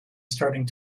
starting